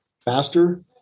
faster